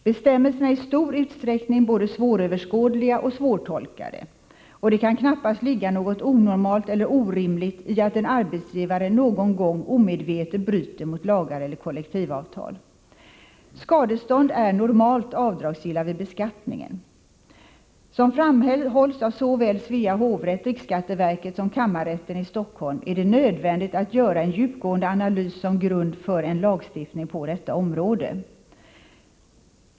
Bestämmelserna är i stor utsträckning både svåröverskådliga och svårtolkade, och det kan knappast ligga något onormalt eller orimligt i att en arbetsgivare någon gång omedvetet bryter mot lagar eller kollektivavtal. Skadestånd är normalt avdragsgilla vid beskattningen. Som framhålls av såväl Svea hovrätt och riksskatteverket som kammarrätten i Stockholm är det nödvändigt att göra en djupgående analys som grund för en lagstiftning på området.